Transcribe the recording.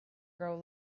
grow